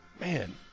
man